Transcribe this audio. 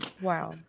wow